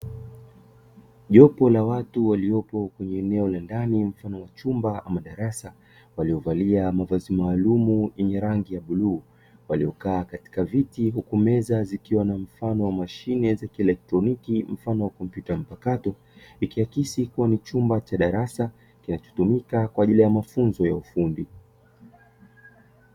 Jopo la watu waliopo eneo la ndani mfano wachumba ama darasa, waliovalia mavazi maalumu yenye rangi ya bluu, waliokaa katika viti huku meza zikiwa na mfano wa mashine za kielektroniki mfano wa kompyuta mpakato. Ikiakisi kuwa ni chumba cha darasa, kinachotumika kwa ajili ya mafunzo ya ufundi.